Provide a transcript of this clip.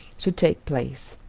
should take place.